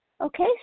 Okay